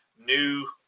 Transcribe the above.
new